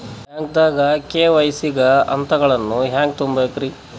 ಬ್ಯಾಂಕ್ದಾಗ ಕೆ.ವೈ.ಸಿ ಗ ಹಂತಗಳನ್ನ ಹೆಂಗ್ ತುಂಬೇಕ್ರಿ?